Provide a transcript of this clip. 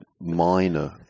Minor